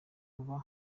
kuba